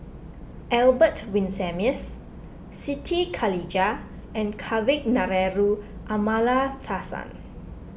Albert Winsemius Siti Khalijah and Kavignareru Amallathasan